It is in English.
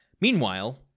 meanwhile